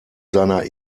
seiner